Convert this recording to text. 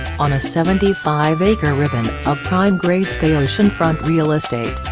on a seventy five acre ribbon of prime grace bay oceanfront real estate,